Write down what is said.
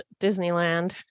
Disneyland